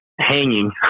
hanging